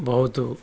ବହୁତ